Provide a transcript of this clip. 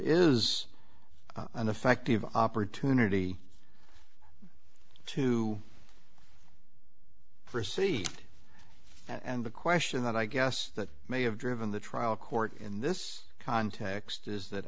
is an effective opportunity to proceed and the question that i guess that may have driven the trial court in this context is that